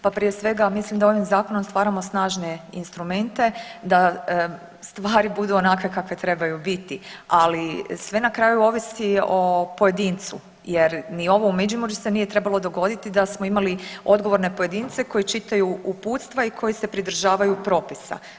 Pa prije svega mislim da ovim zakonom stvaramo snažne instrumente, da stvari budu onakve kakve trebaju biti, ali sve na kraju ovisi o pojedincu jer ni ovo u Međimurju se nije trebalo dogoditi da smo imali odgovorne pojedince koji čitaju uputstva i koji se pridržavaju propisa.